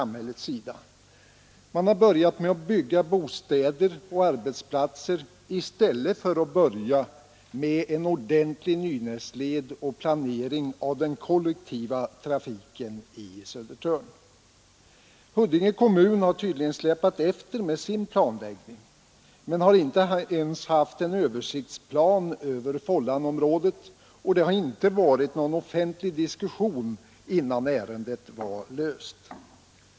Man har nämligen börjat med att bygga bostäder och arbetsplatser i stället för att först bygga en ordentlig Nynäsled och planera den kollektiva trafiken i Södertörn. Huddinge kommun har tydligen släpat efter med sin planläggning. Man har inte ens haft en översiktsplan över Fållanområdet, och det har inte varit någon offentlig diskussion innan ärendet blev klart.